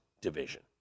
division